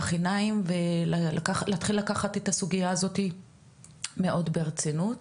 את העיניים ולהתחיל לקחת את הסוגייה הזו מאוד ברצינות.